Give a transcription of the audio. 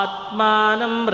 Atmanam